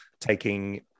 taking